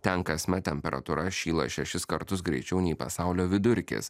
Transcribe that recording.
ten kasmet temperatūra šyla šešis kartus greičiau nei pasaulio vidurkis